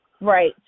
Right